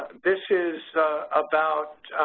this is about